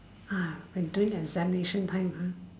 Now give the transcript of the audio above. ah when during examination time uh